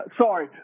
sorry